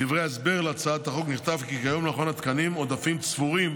בדברי ההסבר להצעת החוק נכתב כי כיום למכון התקנים עודפים צבורים